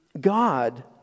God